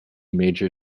major